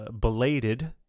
belated